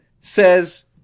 says-